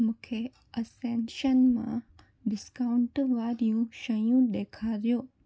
मूंखे असेनशन मां डिस्काउंट वारियूं शयूं ॾेखारियो